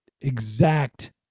exact